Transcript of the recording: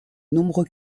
nombreux